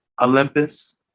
Olympus